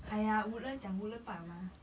!aiya! woodlands 讲 woodlands 罢了吗